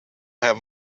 have